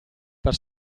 per